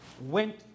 went